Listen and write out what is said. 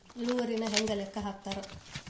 ಇಳುವರಿನ ಹೆಂಗ ಲೆಕ್ಕ ಹಾಕ್ತಾರಾ